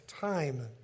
time